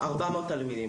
400 תלמידים,